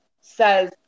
says